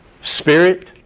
spirit